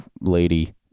lady